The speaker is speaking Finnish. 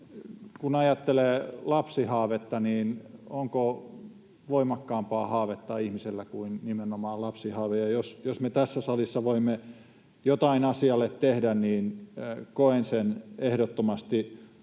Kun ajattelee lapsihaavetta, niin onko voimakkaampaa haavetta ihmisellä kuin nimenomaan lapsihaave, ja jos me tässä salissa voimme jotain asialle tehdä, niin koen sen ehdottomasti